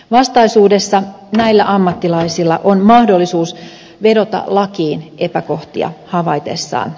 vastaisuudessa näillä ammattilaisilla on mahdollisuus vedota lakiin epäkohtia havaitessaan